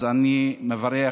אז אני מברך